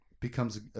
becomes